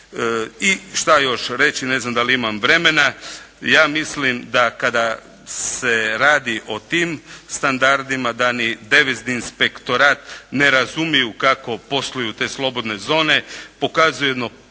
I što još reći, ne znam da li imam vremena. Ja mislim da kada se radi o tim standardima, da ni devizni inspektorat ne razumiju kako posluju te slobodne zone, pokazuje jedno